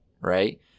Right